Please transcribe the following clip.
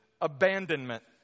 abandonment